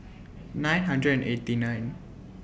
nine hundred and eighty nine